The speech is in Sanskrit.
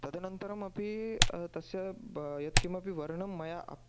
तदनन्तरमपि तस्य ब यत्किमपि वर्णं मया अप्